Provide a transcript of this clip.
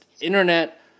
Internet